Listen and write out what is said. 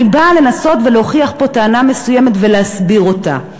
אני באה לנסות ולהוכיח פה טענה מסוימת ולהסביר אותה.